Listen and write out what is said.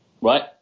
right